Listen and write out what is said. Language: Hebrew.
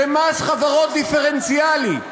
זה מס חברות דיפרנציאלי,